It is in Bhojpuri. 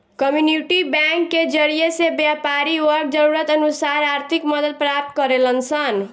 कम्युनिटी बैंक के जरिए से व्यापारी वर्ग जरूरत अनुसार आर्थिक मदद प्राप्त करेलन सन